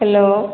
hello